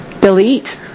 Delete